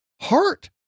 heart